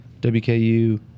WKU